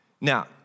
Now